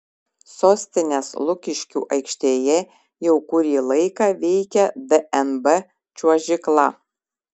sostinės lukiškių aikštėje jau kurį laiką veikia dnb čiuožykla